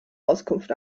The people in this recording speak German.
auskunft